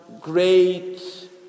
great